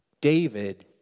David